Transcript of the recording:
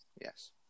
Yes